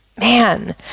Man